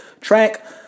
Track